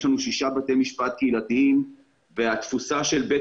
יש לנו שישה בתי משפט קהילתיים והתפוסה של בית